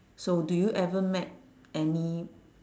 so do you ever met any